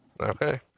Okay